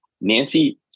Nancy